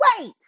wait